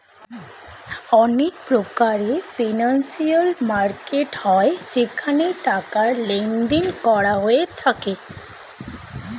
অনেক প্রকারের financial market হয় যেখানে টাকার লেনদেন করা হয়ে থাকে